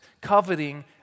Coveting